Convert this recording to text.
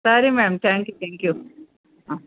ಸರಿ ma'am thank thank you ಹಾಂ